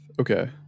Okay